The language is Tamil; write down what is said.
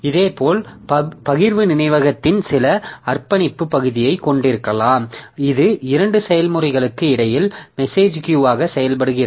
இதேபோல் பகிர்வு நினைவகத்தின் சில அர்ப்பணிப்பு பகுதியை கொண்டிருக்கலாம் இது இரண்டு செயல்முறைகளுக்கு இடையில் மெசேஜ் கியூ ஆக செயல்படுகிறது